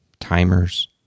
timers